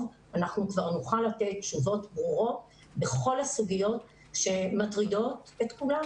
אנחנו כבר נוכל לתת תשובות ברורות בכל הסוגיות שמטרידות את כולנו.